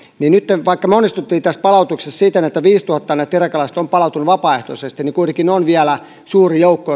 niin nytten vaikka me onnistuimme palautuksessa siten että viisituhatta näitä irakilaisia on palautunut vapaaehtoisesti niin kuitenkin on vielä suuri joukko